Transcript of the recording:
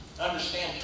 Understand